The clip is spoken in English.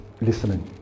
listening